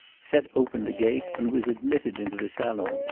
set open the gate, and was admitted into the salon,